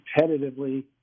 competitively